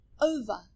over